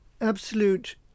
absolute